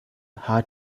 how